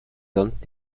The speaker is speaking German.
sonst